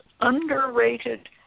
underrated